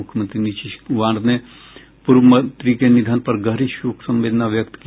मुख्यमंत्री नीतीश कुमार ने पूर्व मंत्री के निधन पर गहरी शोक संवेदना व्यक्त की